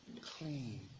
Clean